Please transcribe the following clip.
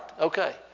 Okay